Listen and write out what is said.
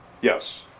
Yes